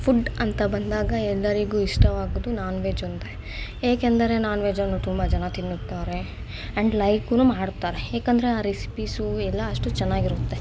food ಅಂತ ಬಂದಾಗ ಎಲ್ಲರಿಗೂ ಇಷ್ಟವಾಗೋದು ನಾನ್ ವೆಜ್ ಒಂದೇ ಏಕೆಂದರೆ ನಾನ್ ವೆಜನ್ನು ತುಂಬ ಜನ ತಿನ್ನುತ್ತಾರೆ ಆ್ಯಂಡ್ ಲೈಕುನೂ ಮಾಡ್ತಾರೆ ಏಕೆಂದ್ರೆ ಆ ರೆಸಿಪಿಸು ಎಲ್ಲ ಅಷ್ಟು ಚೆನ್ನಾಗಿರುತ್ತೆ